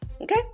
Okay